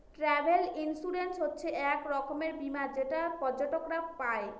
travel insurance হচ্ছে এক রকমের বীমা যেটা পর্যটকরা পাই